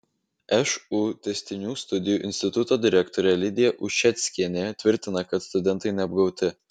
šu tęstinių studijų instituto direktorė lidija ušeckienė tvirtina kad studentai neapgauti